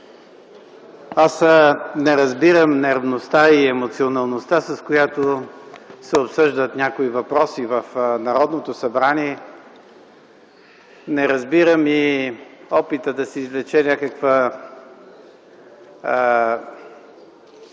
Аз не разбирам нервността и емоционалността, с която се обсъждат някои въпроси в Народното събрание. Не разбирам и опита да се извлече някаква